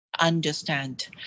understand